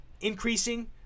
increasing